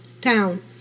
town